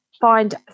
find